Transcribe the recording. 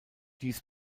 dies